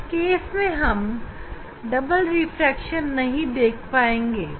इस प्रकरण में हम डबल रिफ्रैक्शन नहीं देख पाएंगे